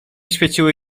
świeciły